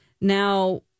Now